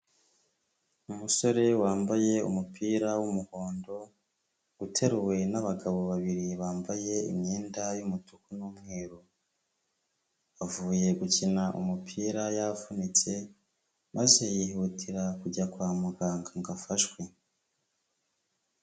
Umusore wambaye umupira w'umuhondo, uteruwe n'abagabo babiri bambaye imyenda y'umutuku n'umweru, bavuye gukina umupira, yavunitse maze yihutira kujya kwa muganga ngo afashwe.